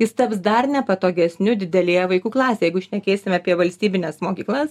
jis taps dar nepatogesniu didelėje vaikų klasėje jeigu šnekėsim apie valstybines mokyklas